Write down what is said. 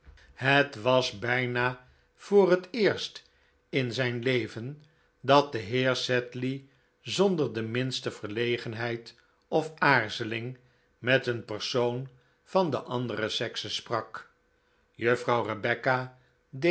het was bijna voor het eerst in zijn leven dat de heer sedley zonder de minste verlegenheid of aarzeling met een persoon van de andere sekse sprak juffrouw